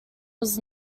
was